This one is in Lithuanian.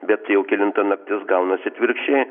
bet jau kelinta naktis gaunasi atvirkščiai